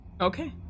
Okay